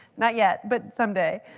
not yet, but someday.